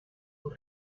col